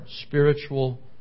spiritual